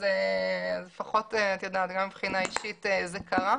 אז לפחות מבחינה אישית זה קרה.